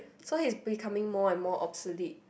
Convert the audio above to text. so he's becoming more and more obsolete